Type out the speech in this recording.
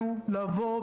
לא שאלו אותם,